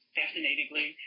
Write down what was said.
fascinatingly